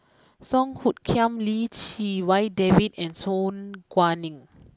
Song Hoot Kiam Lim Chee Wai David and Su Guaning